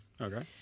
Okay